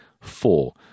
four